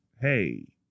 hey